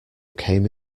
came